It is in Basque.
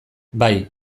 bai